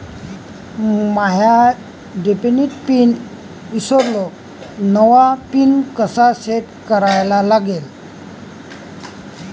माया debit pin ईसरलो, नवा pin कसा सेट करा लागन?